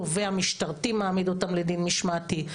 תובע משטרתי מעמיד אותם לדין משמעתי.